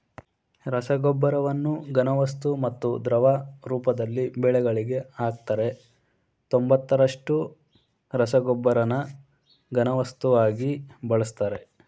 ರಸಗೊಬ್ಬರವನ್ನು ಘನವಸ್ತು ಮತ್ತು ದ್ರವ ರೂಪದಲ್ಲಿ ಬೆಳೆಗಳಿಗೆ ಹಾಕ್ತರೆ ತೊಂಬತ್ತರಷ್ಟು ರಸಗೊಬ್ಬರನ ಘನವಸ್ತುವಾಗಿ ಬಳಸ್ತರೆ